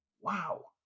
Wow